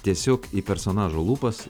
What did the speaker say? tiesiog į personažų lūpas